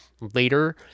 later